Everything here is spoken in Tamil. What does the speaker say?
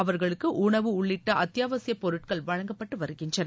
அவா்களுக்கு உணவு உள்ளிட்ட அத்தியாவசியப் பொருட்கள் வழங்கப்பட்டு வருகின்றன